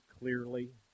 clearly